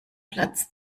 platz